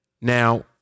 Now